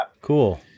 Cool